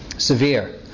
Severe